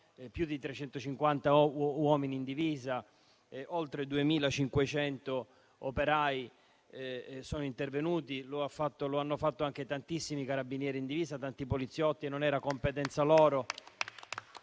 più di 350 uomini in divisa e oltre 2.500 operai sono intervenuti e lo hanno fatto anche tantissimi carabinieri in divisa e tanti poliziotti e non era competenza loro.